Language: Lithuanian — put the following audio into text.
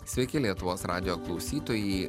sveiki lietuvos radijo klausytojai